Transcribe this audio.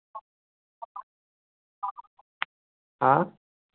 हाँ